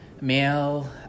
male